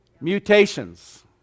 Mutations